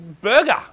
burger